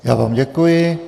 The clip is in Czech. Já vám děkuji.